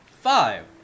Five